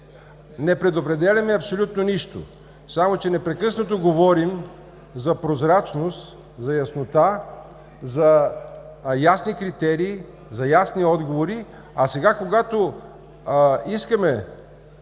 Не предопределяме абсолютно нищо, само че непрекъснато говорим за прозрачност, за яснота, за ясни критерии, за ясни отговори, а сега, когато искаме